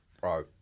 Bro